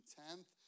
tenth